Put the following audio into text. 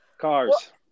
Cars